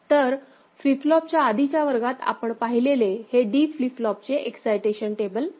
तर फ्लिप फ्लॉपच्या आधीच्या वर्गात आपण पाहिलेले हे D फ्लिप फ्लॉपचे एक्साईटेशन टेबल आहे